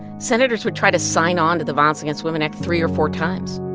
senators would try to sign on to the violence against women act three or four times.